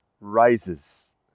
rises